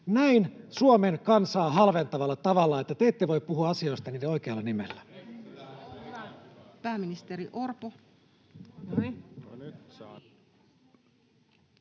näin Suomen kansaa halventavalla tavalla, että te ette voi puhua asioista niiden oikealla nimellä.